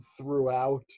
throughout